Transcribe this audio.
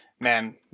man